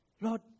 Lord